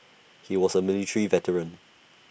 he was A military veteran